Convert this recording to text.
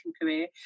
career